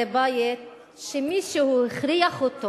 זה בית שמישהו הכריח אותו